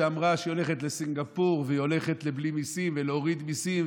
שאמרה שהיא הולכת לסינגפור והיא הולכת לבלי מיסים ולהוריד מיסים,